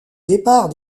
départ